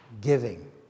giving